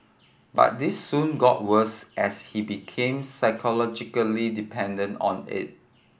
but this soon got worse as he became psychologically dependent on it